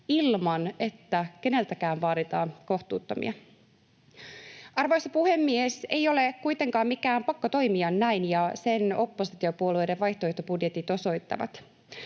ilman, että keneltäkään vaaditaan kohtuuttomia. Arvoisa puhemies! Ei ole kuitenkaan mikään pakko toimia näin, ja sen oppositiopuolueiden vaihtoehtobudjetit osoittavat.